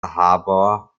harbor